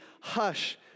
Hush